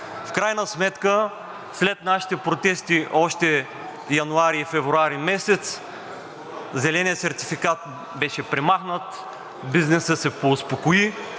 В крайна сметка след нашите протести още януари и февруари месец зеленият сертификат беше премахнат, бизнесът се поуспокои.